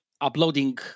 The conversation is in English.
uploading